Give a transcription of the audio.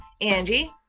Angie